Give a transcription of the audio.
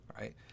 right